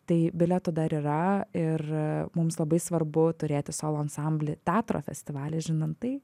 tai bilietų dar yra ir mums labai svarbu turėti solo ansamblį teatro festivaly žinant tai